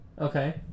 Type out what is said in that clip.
Okay